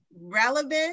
relevant